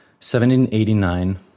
1789